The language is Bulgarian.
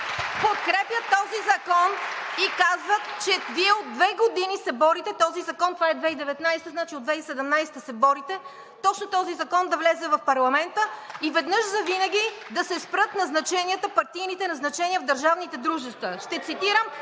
подкрепят този закон и казват, че Вие от две години се борите за този закон – това е от 2019 г., значи от 2017 г. се борите точно този закон да влезе в парламента и веднъж завинаги да се спрат партийните назначения в държавните дружества. (Шум